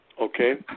okay